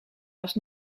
was